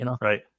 Right